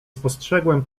spostrzegłem